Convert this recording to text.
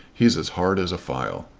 he's as hard as a file.